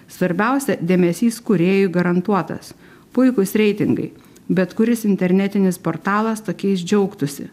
svarbiausia dėmesys kūrėjui garantuotas puikūs reitingai bet kuris internetinis portalas tokiais džiaugtųsi